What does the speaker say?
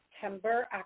September